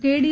के D